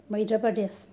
Madhya Pradesh